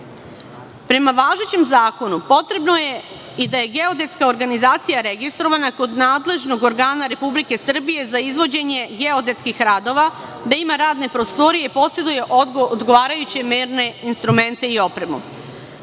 Prema važećem zakonu potrebno je i da je geodetska organizacija registrovana kod nadležnog organa Republike Srbije za izvođenje geodetskih radova, da ima radne prostorije i poseduje odgovarajuće merne instrumente i